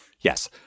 Yes